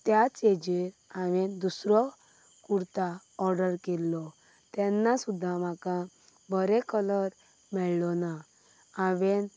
आनी त्याच हेजेर हांवें दुसरो कुर्ता ओर्डर केल्लो तेन्ना सुद्दां म्हाका बरें कलर मेळलो ना हांवेन